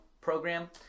program